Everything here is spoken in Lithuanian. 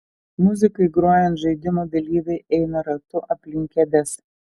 muzikai grojant žaidimo dalyviai eina ratu aplink kėdes